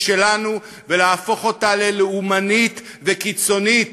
שלנו ולהפוך אותה ללאומנית וקיצונית,